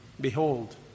Behold